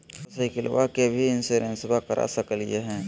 मोटरसाइकिलबा के भी इंसोरेंसबा करा सकलीय है?